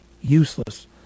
useless